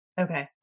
Okay